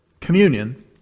Communion